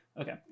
Okay